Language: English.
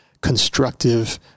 constructive